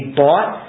bought